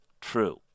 True